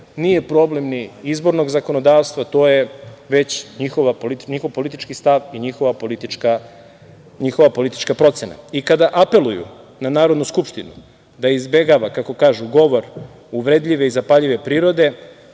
nije problem ni izbornog zakonodavstva, to je već njihov politički stav i njihova politička procena. Kada apeluju na Narodnu skupštinu da izbegava, kako kažu, govor uvredljive i zapaljive prirode